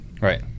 Right